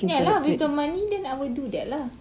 ya lah with the money then I will do that lah